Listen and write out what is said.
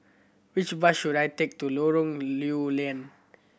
which bus should I take to Lorong Lew Lian